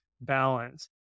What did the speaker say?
balance